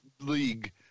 league